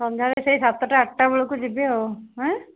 ସନ୍ଧ୍ୟାରେ ସେଇ ସାତଟା ଆଠଟା ବେଳକୁ ଯିବି ଆଉ